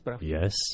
Yes